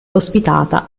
ospitata